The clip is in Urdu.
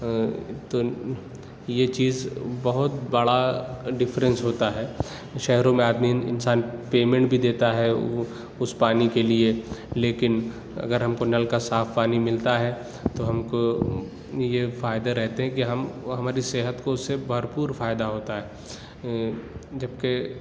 تو یہ چیز بہت بڑا ڈفرنس ہوتا ہے شہروں میں آدمی انسان پیمنٹ بھی دیتا ہے او اس پانی کے لیے لیکن اگر ہم کو نل کا صاف پانی ملتا ہے تو ہم کو یہ فائدہ رہتے ہیں کہ ہم ہماری صحت کو اس سے بھر پور فائدہ ہوتا ہے جب کہ